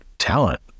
talent